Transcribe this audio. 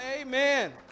amen